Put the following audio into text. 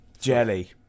Jelly